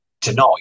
tonight